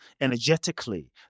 energetically